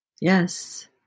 Yes